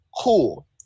Cool